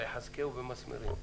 ויחזקו במסמרים"...